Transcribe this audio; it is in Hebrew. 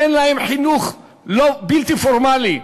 אין להם חינוך בלתי פורמלי.